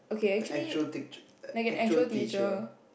the actual teach~ the actual teacher